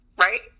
right